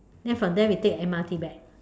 then from there we take M_R_T back